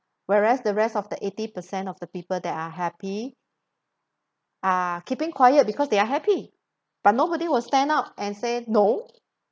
whereas the rest of the eighty percent of the people that are happy are keeping quiet because they are happy but nobody will stand up and say no